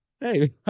Hey